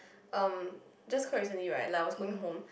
um just quite recently right like I was going home